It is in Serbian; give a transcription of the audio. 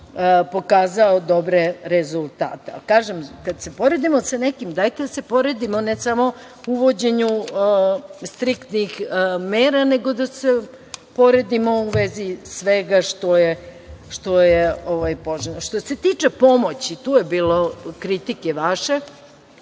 pokazao dobre rezultate. Ali, kažem, kada se poredimo sa nekim, dajte da se poredimo ne samo po uvođenju striktnih mera, nego da se poredimo u vezi svega što je poželjno. Što se tiče pomoći, tu je bilo kritike vaše